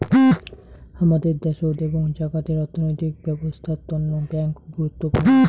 হামাদের দ্যাশোত এবং জাগাতের অর্থনৈতিক ব্যবছস্থার তন্ন ব্যাঙ্ক গুরুত্বপূর্ণ